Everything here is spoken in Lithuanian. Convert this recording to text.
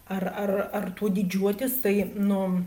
ar ar ar tuo didžiuotis tai nu